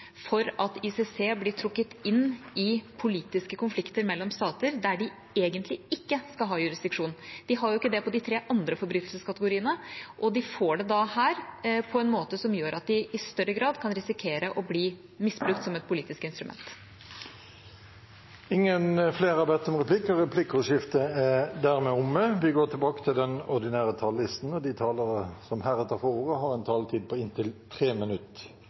for at ICC blir trukket inn i politiske konflikter mellom stater, der de egentlig ikke skal ha jurisdiksjon. De har ikke det i de tre andre forbrytelseskategoriene, og de får det da her på en måte som gjør at de i større grad kan risikere å bli misbrukt som et politisk instrument. Replikkordskiftet er omme. De talere som heretter får ordet, har en taletid på inntil 3 minutter. Som saksordfører har jeg lyst til bare å si innledningsvis at jeg mener at denne saken har